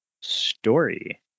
Story